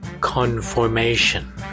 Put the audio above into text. conformation